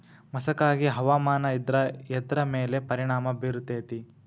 ಮಸಕಾಗಿ ಹವಾಮಾನ ಇದ್ರ ಎದ್ರ ಮೇಲೆ ಪರಿಣಾಮ ಬಿರತೇತಿ?